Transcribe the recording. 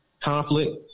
conflict